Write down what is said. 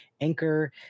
Anchor